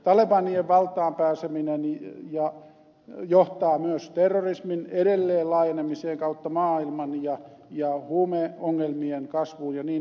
talebanien valtaan pääseminen johtaa myös terrorismin edelleen laajenemiseen kautta maailman ja huumeongelmien kasvuun ja niin edelleen